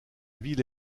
ville